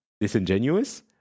disingenuous